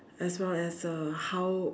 as well as uh how